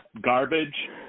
Garbage